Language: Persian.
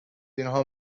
اینها